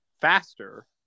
faster